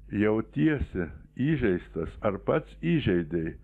jautiesi įžeistas ar pats įžeidei